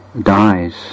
dies